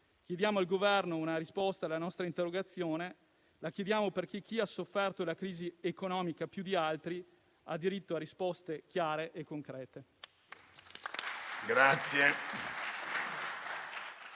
Chiediamo al Governo una risposta alla nostra interrogazione; la chiediamo perché chi ha sofferto la crisi economica più di altri ha diritto a risposte chiare e concrete.